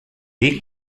dir